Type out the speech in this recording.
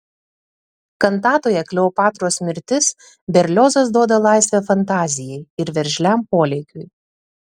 kantatoje kleopatros mirtis berliozas duoda laisvę fantazijai ir veržliam polėkiui